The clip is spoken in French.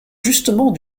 justement